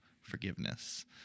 forgiveness